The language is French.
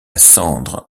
cendre